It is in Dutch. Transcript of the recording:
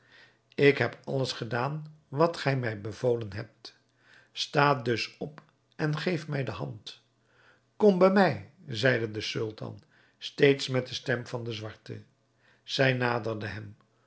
ik heb alles gedaan wat gij mij bevolen hebt sta dus op en geef mij de hand kom bij mij zeide de sultan steeds met de stem van den zwarte zij naderde hem